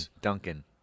Duncan